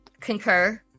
Concur